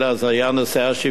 היה נושא השוויון,